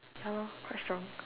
ya lor quite strong